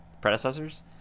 predecessors